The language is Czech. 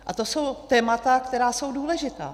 A to jsou témata, která jsou důležitá.